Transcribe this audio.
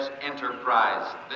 Enterprise